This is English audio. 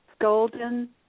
golden